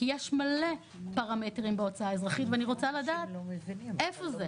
יש מלא פרמטרים בהוצאה אזרחית ואני רוצה לדעת איפה זה?